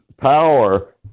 power